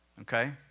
Okay